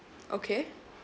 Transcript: okay